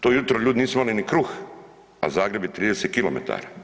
To jutro ljudi nisu imali ni kruh, a Zagreb je 30 kilometara.